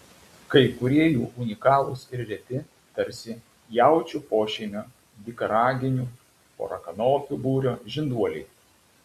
kai kurie jų unikalūs ir reti tarsi jaučių pošeimio dykaraginių porakanopių būrio žinduoliai